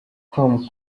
com